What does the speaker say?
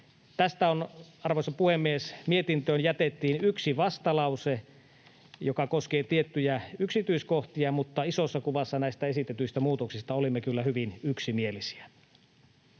arvoisa puhemies, mietintöön jätettiin yksi vastalause, joka koskee tiettyjä yksityiskohtia, mutta isossa kuvassa näistä esitetyistä muutoksista olimme kyllä hyvin yksimielisiä.